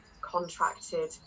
contracted